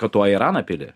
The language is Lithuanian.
kad tu airaną pili